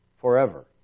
forever